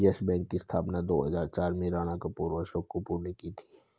yes Bank की स्थापना दो हजार चार में राणा कपूर और अशोक कपूर ने की थी